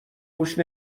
گوش